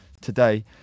today